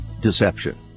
deception